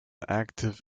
active